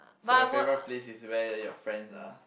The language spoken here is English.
so your favourite place is where where your friends are